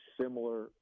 similar